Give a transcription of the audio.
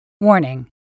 Warning